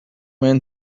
man